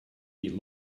eat